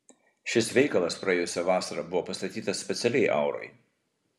šis veikalas praėjusią vasarą buvo pastatytas specialiai aurai